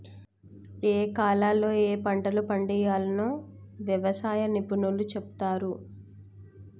ఏయే కాలాల్లో ఏయే పంటలు పండియ్యాల్నో వ్యవసాయ నిపుణులు చెపుతారు